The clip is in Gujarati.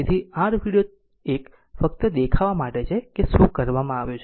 તેથી આ r વિડિઓ ફક્ત એક દેખવા માટે છે કે શું કરવામાં આવ્યું છે